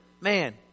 man